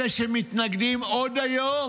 אלה שמתנגדים עוד היום,